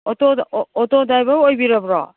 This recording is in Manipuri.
ꯑꯣꯇꯣ ꯑꯣꯇꯣ ꯗ꯭ꯔꯥꯏꯕꯔ ꯑꯣꯏꯕꯤꯔꯕ꯭ꯔꯣ